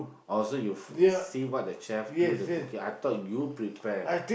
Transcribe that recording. also you f~ see what the chef do the cooking I thought you prepare